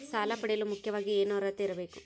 ಸಾಲ ಪಡೆಯಲು ಮುಖ್ಯವಾಗಿ ಏನು ಅರ್ಹತೆ ಇರಬೇಕು?